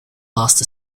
last